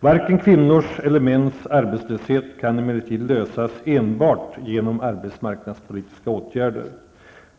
Varken kvinnors eller mäns arbetslöshet kan emellertid lösas enbart med hjälp av arbetsmarknadspolitiska åtgärder.